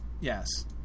Yes